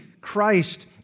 Christ